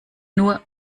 nur